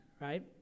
right